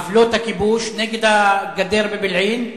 עוולות הכיבוש, נגד הגדר בבילעין,